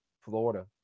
Florida